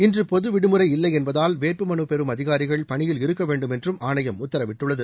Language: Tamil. இன்று பொதுவிடுமுறை இல்லை என்பதால் வேட்புமனு பெறும் அதிகாரிகள் பணியில் இருக்க வேண்டும் என்றும் ஆணையம் உத்தரவிட்டுள்ளது